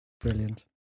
Brilliant